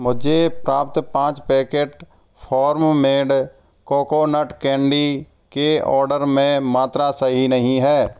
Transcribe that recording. मुझे प्राप्त पाँच packet farm made coconut candy के आर्डर में मात्रा सही नहीं है